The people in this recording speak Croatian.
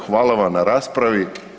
Hvala vam na raspravi.